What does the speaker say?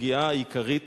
הפגיעה העיקרית